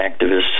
activists